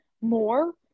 more